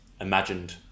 imagined